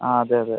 ആ അതെ അതെ